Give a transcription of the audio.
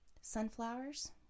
Sunflowers